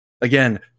Again